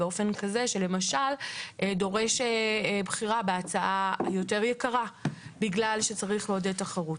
באופן כזה שלמשל דורש בחירה בהצעה היותר יקרה בגלל שצריך לעודד תחרות.